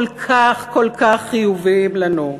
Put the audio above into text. כל כך חיוביים לנו,